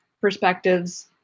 perspectives